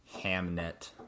Hamnet